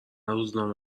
روزنامه